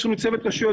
יש לנו צוות רשויות,